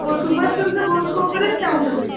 ଓ ସୁଭାଷ ଚନ୍ଦ୍ର ବୋଷଙ୍କ ଉପରେ ଚାହୁଁଛନ୍ତି